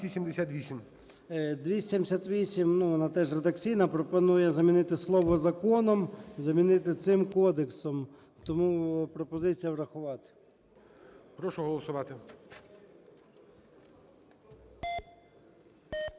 278-а, вона теж редакційна, пропонує замінити слово "законом", замінити "цим кодексом". Тому пропозиція врахувати. ГОЛОВУЮЧИЙ. Прошу голосувати.